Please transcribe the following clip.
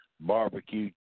barbecue